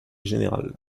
générale